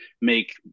make